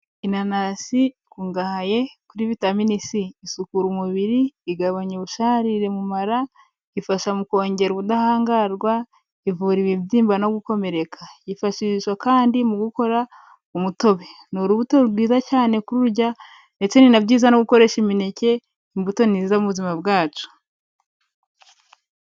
Inanasi ikungahaye kuri vitamine C, isukura umubiri, igabanya ubusharire mu mara, ifasha mu kongera ubudahangarwa, ivura ibibyimba no gukomereka yifashishwa kandi mu gukora umutobe, ni urubuto rwiza cyane kururya ndetse ni na byiza no gukoresha imineke, imbuto ni nziza mu buzima bwacu.